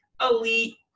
elite